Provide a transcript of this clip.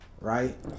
right